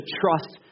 trust